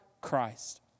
Christ